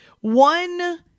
One